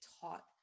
taught